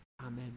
Amen